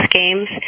games